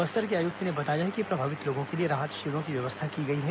बस्तर के आयुक्त ने बताया है कि प्रभावित लोगों के लिए राहत शिविरों की व्यवस्था की गई है